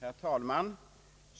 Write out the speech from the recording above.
Herr talman!